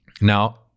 Now